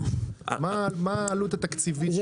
מה העלות התקציבית?